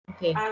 Okay